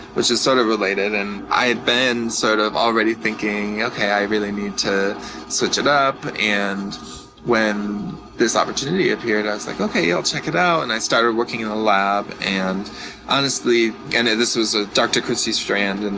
which is sort of related. and i had been sort of already thinking i really need to switch it up and when this opportunity appeared, i was like, okay, i'll check it out. and i started working in a lab and honestly, and honestly, this was ah dr. christy strand, and